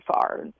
far